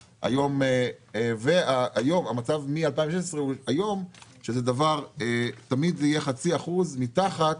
ל-3%, והמצב מ-2016, היום, שתמיד זה 0.5% מתחת